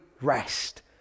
rest